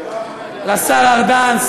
לשר ארדן,